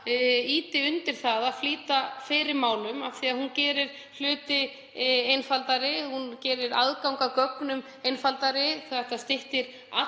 ýti undir það að flýta fyrir málum af því að hún gerir hluti einfaldari, hún gerir aðgang að gögnum einfaldari. Þetta styttir